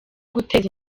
guteza